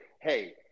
Hey